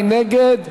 מי נגד?